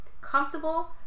comfortable